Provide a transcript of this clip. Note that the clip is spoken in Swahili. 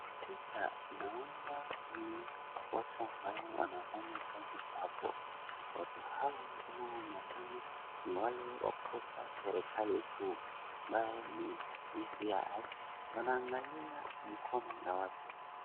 Naona ni watu ambao wanafanya kazi hapo. Watu hao ambao wanafanya ni wale wa kutoka serekali kuu naye ni DCI wanaangalia mikono ya watu.